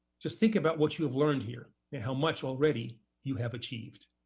just think about what you have learned here and how much already you have achieved.